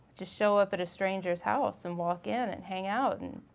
to show up at a stranger's house and walk in and hang out and,